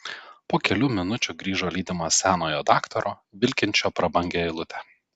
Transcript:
po kelių minučių grįžo lydimas senojo daktaro vilkinčio prabangią eilutę